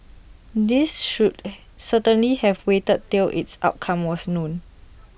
these should certainly have waited till its outcome was known